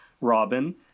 Robin